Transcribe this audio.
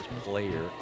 Player